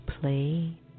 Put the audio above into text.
play